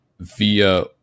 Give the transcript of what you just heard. Via